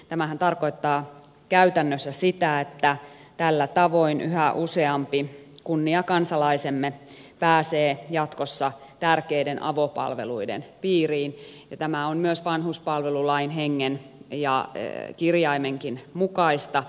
tämähän tarkoittaa käytännössä sitä että tällä tavoin yhä useampi kunniakansalaisemme pääsee jatkossa tärkeiden avopalveluiden piiriin ja tämä on myös vanhuspalvelulain hengen ja kirjaimenkin mukaista